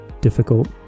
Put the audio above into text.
difficult